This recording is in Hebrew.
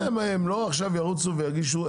הם לא עכשיו ירוצו ויגישו.